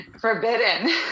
forbidden